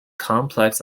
complex